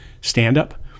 stand-up